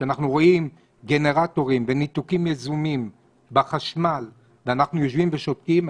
כשאנחנו רואים גנרטורים וניתוקים יזומים בחשמל ואנחנו יושבים ושותקים,